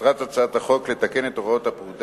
מטרת הצעת החוק היא לתקן את הוראות הפקודה